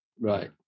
right